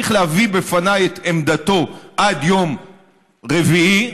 צריך להביא בפניי את עמדתו עד יום רביעי,